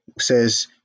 says